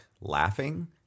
laughing